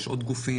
יש עוד גופים.